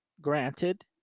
Granted